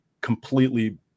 completely